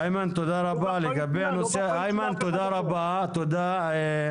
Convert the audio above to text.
תודה רבה, איימן.